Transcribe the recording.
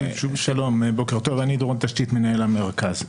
אני מנהל המרכז.